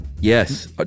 Yes